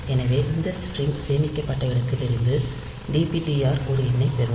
எனவே இந்த ஸ்டிரிங் சேமிக்கப்பட்ட இடத்திலிருந்து dptr ஒரு எண்ணைப் பெறும்